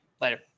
Later